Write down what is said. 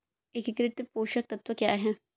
एकीकृत पोषक तत्व क्या है?